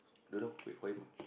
don't know wait for him ah